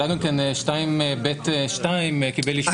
השאלה אם גם כן 2 (ב)(2) קיבל אישור.